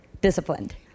disciplined